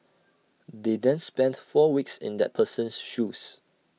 they then spend four weeks in that person's shoes